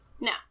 No